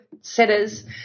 setters